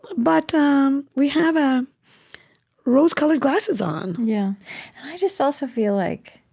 but um we have ah rose-colored glasses on yeah and i just also feel like,